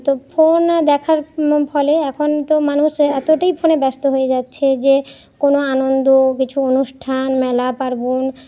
তো ফোন দেখার ফলে এখন তো মানুষ এতটাই ফোনে ব্যস্ত হয়ে যাচ্ছে যে কোনো আনন্দ কিছু অনুষ্ঠান মেলা পার্বণ